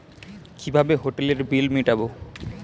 কিভাবে হোটেলের বিল মিটাব?